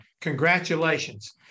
Congratulations